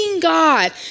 God